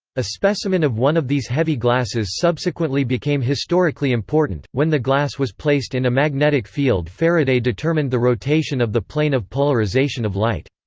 a specimen of one of these heavy glasses subsequently became historically important when the glass was placed in a magnetic field faraday determined the rotation of the plane of polarisation of light.